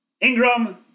Ingram